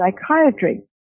psychiatry